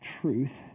truth